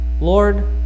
Lord